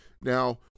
Now